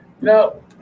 No